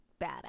badass